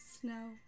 Snow